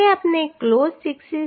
હવે આપણે ક્લોઝ 6